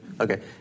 Okay